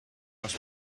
was